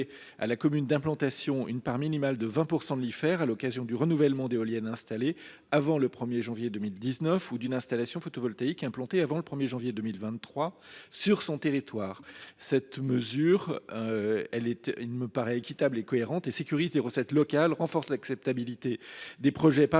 à la commune d’implantation une part minimale de 20 % de l’Ifer à l’occasion du renouvellement d’éoliennes installées avant le 1 janvier 2019 ou d’une installation photovoltaïque implantée avant le 1 janvier 2023 sur son territoire. Une telle mesure me paraît équitable et cohérente. Elle contribuera de plus à sécuriser les recettes locales, à renforcer l’acceptabilité des projets par